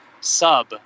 sub